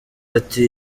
ati